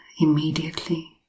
immediately